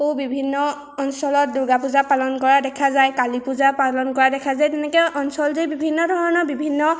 আৰু বিভিন্ন অঞ্চলত দুৰ্গা পূজা পালন কৰা দেখা যায় কালী পূজা পালন কৰা দেখা যায় তেনেকৈ অঞ্চলজুৰি বিভিন্ন ধৰণৰ বিভিন্ন